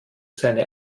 seine